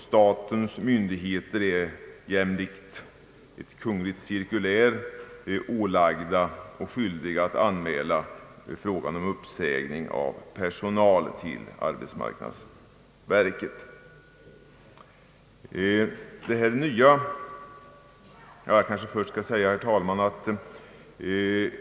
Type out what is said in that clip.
Statliga myndigheter är jämlikt ett kungl. cirkulär skyldiga att till arbetsmarknadsmyndigheterna anmäla uppsägning av personal.